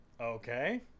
Okay